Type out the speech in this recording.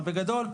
בגדול,